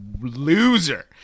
loser